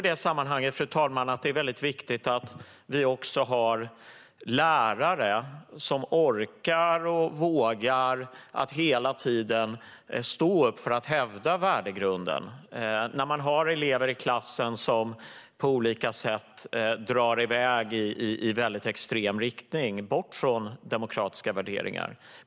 I det sammanhanget tror jag att det är viktigt att vi har lärare som orkar och vågar stå upp för värdegrunden hela tiden när man har elever i klassen som på olika sätt drar i väg i extrem riktning, bort från demokratiska värderingar.